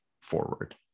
forward